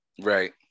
right